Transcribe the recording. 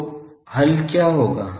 तो हल क्या होगा